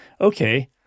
Okay